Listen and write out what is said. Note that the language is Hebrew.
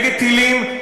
נגד טילים,